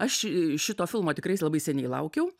aš šito filmo tikrais labai seniai laukiau